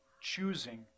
choosing